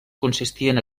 consistien